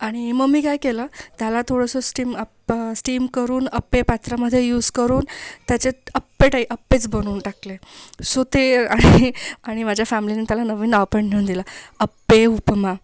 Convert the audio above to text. आणि मग मी काय केलं त्याला थोडंसं स्टीम अप स्टीम करून आप्पेपात्रामध्ये युज करून त्याच्यात अप्पे टाईप अप्पेच बनवून टाकले सो ते आणि आणि माझ्या फॅमिलीनी त्याला नवीन नाव पण देऊन दिलं अप्पे उपमा